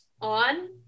on